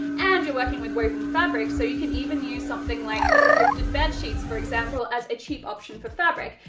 and you're working with woven fabric so you can even use something like thrifted bedsheets, for example, as a cheap option for fabric,